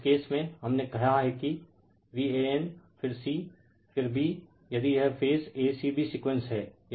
इस केस में हमने कहा है कि Van फिर c फिर b यदि यह phase a c b sequence है